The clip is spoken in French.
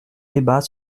débat